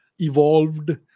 evolved